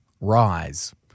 Rise